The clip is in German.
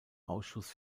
ausschuss